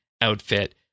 outfit